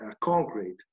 concrete